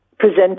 Present